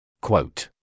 Quote